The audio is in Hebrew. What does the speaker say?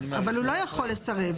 אבל הוא לא יכול לסרב.